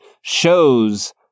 shows